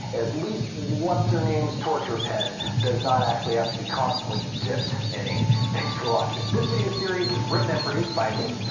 at least whatshernames torture pen does not have to be consequently dripped in ink. thanks for watching! this video series is written and produced by me,